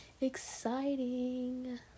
exciting